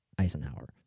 Eisenhower